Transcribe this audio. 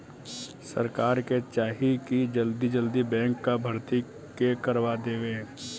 सरकार के चाही की जल्दी जल्दी बैंक कअ भर्ती के करवा देवे